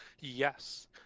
Yes